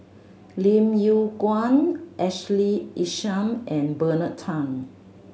Lim Yew Kuan Ashley Isham and Bernard Tan